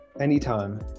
Anytime